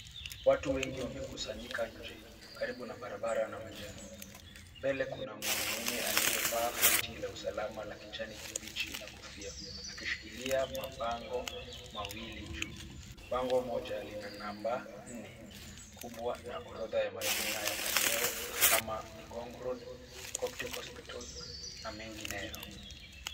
Watu wengi wamekusanyika nje karibu na barabara na majengo. Mbele kuna mwanamume aliyevaa koti la usalama la kijani kibichi na kofia akishikilia mabango mawili juu. Bango moja lina namba 4 kubwa na orodha ya majina ya maeneo kama Ngong Road, Coktik Hospital na mengineyo.